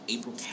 April